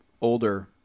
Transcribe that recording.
older